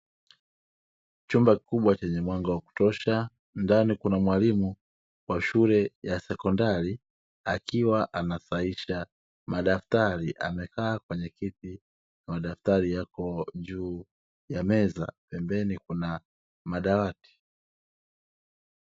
Chumba kikubwa chenye mwanga wa kutosha, ndani kuna mwalimu wa shule ya sekondari akiwa anasahisha madaftari, amekaa kwenye kiti, madaftri yako juu ya meza, pembeni kuna madawati.